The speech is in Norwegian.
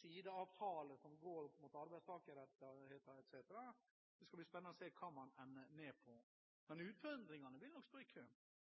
sideavtale som går mot arbeidstakerrettigheter etc., så det skal bli spennende å se hva man ender opp med. Men utfordringene vil nok stå i kø, og